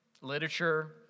Literature